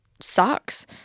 sucks